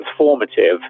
transformative